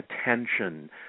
attention